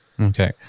Okay